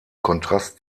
kontrast